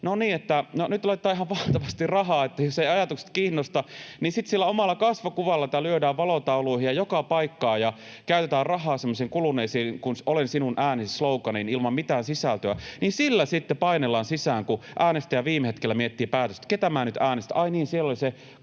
nyt laitetaan ihan valtavasti rahaa — että jos ei ajatukset kiinnosta, niin sitten sitä omaa kasvokuvaa lyödään valotauluihin ja joka paikkaan ja käytetään rahaa semmoisiin kuluneisiin ”olen sinun äänesi” ‑sloganeihin ilman mitään sisältöä. Sillä sitten painellaan sisään, kun äänestäjä viime hetkellä miettii päätöstä: ketä minä nyt äänestän